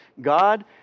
God